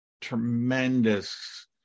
tremendous